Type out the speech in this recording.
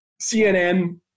CNN